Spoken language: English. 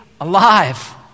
alive